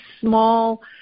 small